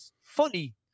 funny